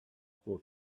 for